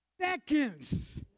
seconds